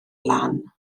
lan